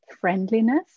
friendliness